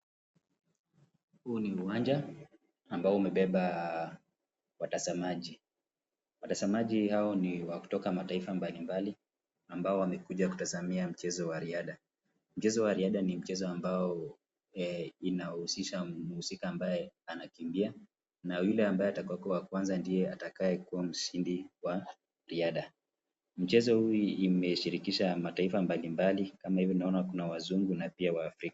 Huu ni uwanja ambao umebeba watazamaji, watazamaji hao ni wakutoka mataifa mbalimbali ambao wamekuja kutazamia mchezo wa riadha. Mchezo wa riadha ni mchezo ambao inahusisha mhusika ambayo anakimbia na yule ambao atakuwa wa kwanza ndio atakuwa mshindi wa riadha, mchezo huu imeshirikisha mataifa mbalimbali kama hii unaona wazungu na pia wafrika.